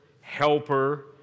helper